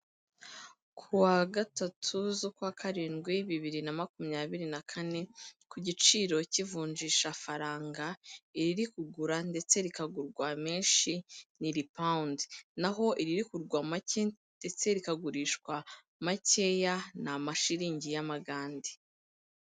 Ku wa gatatu z'ukwa karindwi bibiri na makumyabiri na kane, ku giciro cy'ivunjishafaranga riri kugura ndetse rikagurwa menshi ni iri Pawundi, na ho iriri kugurwa make ndetse rikagurishwa makeya ni amashiringi y'Amagande.